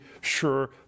sure